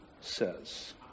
says